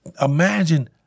imagine